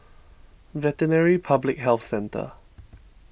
Veterinary Public Health Centre